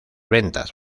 ventas